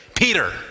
Peter